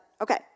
Okay